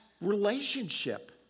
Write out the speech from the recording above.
relationship